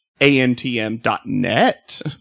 ANTM.net